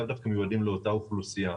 לאו דווקא מיועדים לאותה אוכלוסייה.